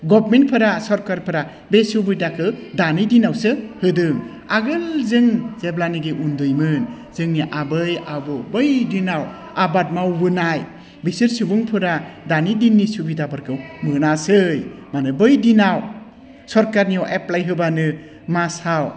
गभमेन्टफोरा सरकारफोरा बै सुबिदाखौ दानि दिनावसो दोहों आगोल जों जेब्लानोखि उन्दैमोन जोंनि आबै आबौ बै दिनाव आबाद मावबोनाय बिसोर सुबुंफोरा दानि दिननि सुबिदाफोरखौ मोनासै मानो बै दिनाव सरकारनियाव एप्लाइ होबानो मासाव